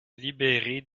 libéré